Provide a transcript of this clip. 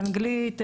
אנגלית,